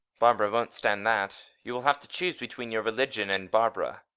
barbara won't stand that. you will have to choose between your religion and barbara.